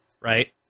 right